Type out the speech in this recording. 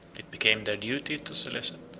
it became their duty to solicit.